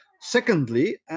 Secondly